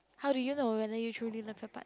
how do you know whether you truly love your partner